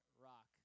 rock